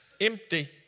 empty